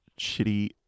shitty